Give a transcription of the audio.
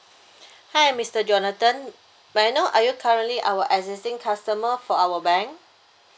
hi mister jonathan may I know are you currently our existing customer for our bank